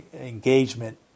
engagement